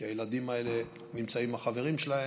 כי הילדים האלה נמצאים עם החברים שלהם,